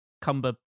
cumber